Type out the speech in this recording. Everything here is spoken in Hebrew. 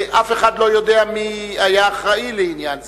אף אחד לא יודע מי היה האחראי לעניין זה.